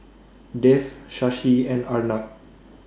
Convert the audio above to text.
Dev Shashi and Arnab